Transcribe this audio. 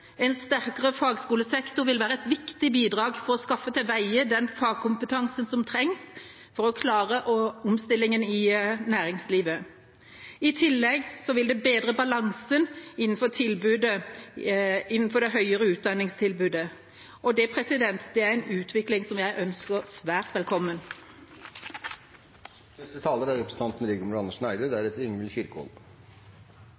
En sterkere fagskolesektor vil være et viktig bidrag for å skaffe til veie den fagkompetansen som trengs for å klare omstillingen i næringslivet. I tillegg vil det bedre balansen innenfor det høyere utdanningstilbudet, og det er en utvikling som jeg ønsker svært velkommen.